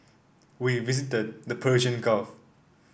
we visited the Persian Gulf